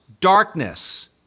darkness